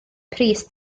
pris